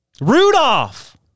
Rudolph